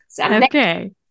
Okay